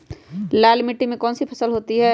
लाल मिट्टी में कौन सी फसल होती हैं?